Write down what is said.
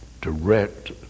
direct